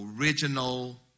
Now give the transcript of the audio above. original